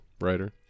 writer